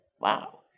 Wow